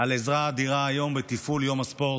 על עזרה אדירה היום בתפעול יום הספורט,